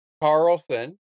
Carlson